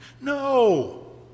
No